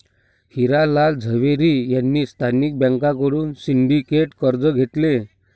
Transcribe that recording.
हिरा लाल झवेरी यांनी स्थानिक बँकांकडून सिंडिकेट कर्ज घेतले